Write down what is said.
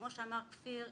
כמו שאמר כפיר,